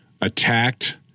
attacked